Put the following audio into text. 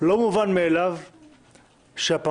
שלא מובן מאליו שהפרלמנט,